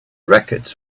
records